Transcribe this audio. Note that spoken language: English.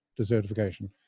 desertification